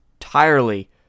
entirely